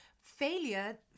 failure